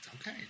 Okay